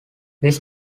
this